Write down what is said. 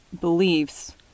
beliefs